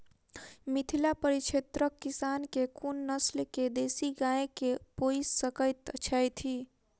मिथिला परिक्षेत्रक किसान केँ कुन नस्ल केँ देसी गाय केँ पोइस सकैत छैथि?